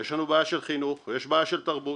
יש לנו בעיה של חינוך ויש בעיה של תרבות.